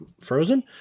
Frozen